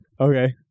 Okay